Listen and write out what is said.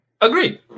Agreed